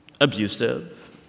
abusive